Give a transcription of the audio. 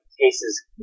cases